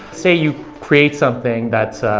say you create something that's